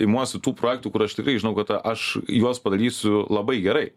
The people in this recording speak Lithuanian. imuosi tų projektų kur aš tikrai žinau kad a aš juos padarysiu labai gerai